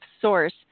source